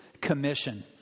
commission